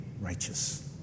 righteous